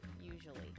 Usually